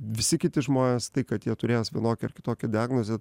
visi kiti žmonės tai kad jie turės vienokią ar kitokią diagnozę